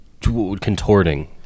contorting